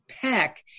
Peck